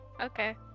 Okay